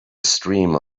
streamer